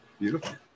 Beautiful